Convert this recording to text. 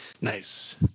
Nice